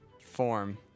form